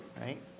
right